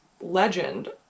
legend